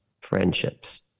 friendships